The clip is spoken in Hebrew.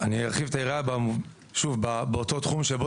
אני ארחיב את היריעה באותו תחום שבו